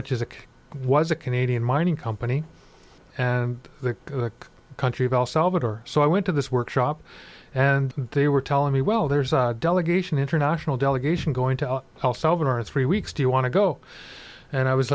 which is a was a canadian mining company and the country of all salvador so i went to this workshop and they were telling me well there's a delegation international delegation going to solve it are three weeks do you want to go and i was